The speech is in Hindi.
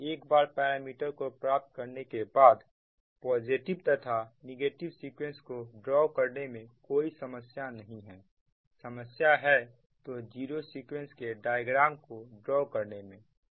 एक बार पैरामीटर को प्राप्त करने के बाद पॉजिटिव तथा नेगेटिव सीक्वेंस को ड्रॉ करने में कोई समस्या नहीं है समस्या है तो जीरो सीक्वेंस के डायग्राम को ड्रॉ करने में